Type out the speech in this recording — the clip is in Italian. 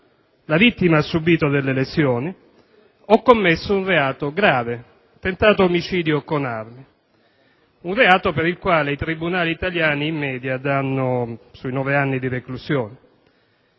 La vittima ha subito delle lesioni. Ho commesso un reato grave: tentato omicidio con arma. Un reato per il quale i tribunali italiani, in media, danno sui nove anni di reclusione.